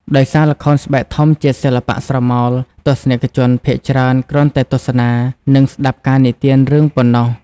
ដោយសារល្ខោនស្បែកធំជាសិល្បៈស្រមោល ទស្សនិកជនភាគច្រើនគ្រាន់តែទស្សនា និងស្តាប់ការនិទានរឿងប៉ុណ្ណោះ។